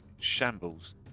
shambles